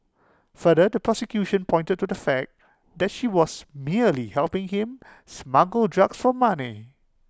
further the prosecution pointed to the fact that she was merely helping him smuggle drugs for money